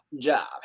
job